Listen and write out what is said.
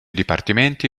dipartimenti